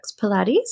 Pilates